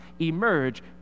emerge